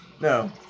No